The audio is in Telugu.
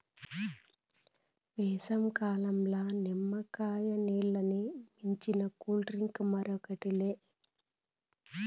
ఈ ఏసంకాలంల నిమ్మకాయ నీల్లని మించిన డ్రింక్ మరోటి లే